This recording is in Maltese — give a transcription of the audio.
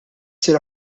ssir